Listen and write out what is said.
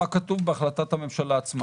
מה כתוב בהחלטת הממשלה עצמה?